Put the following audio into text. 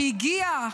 שיגיע,